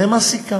זה מה שסיכמתי.